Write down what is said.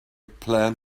plan